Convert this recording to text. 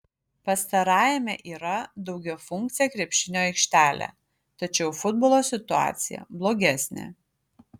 pastarajame yra daugiafunkcė krepšinio aikštelė tačiau futbolo situacija blogesnė